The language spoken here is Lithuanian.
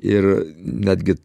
ir netgi